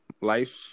life